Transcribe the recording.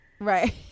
Right